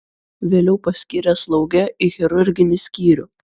vėliau paskyrė slauge į chirurginį skyrių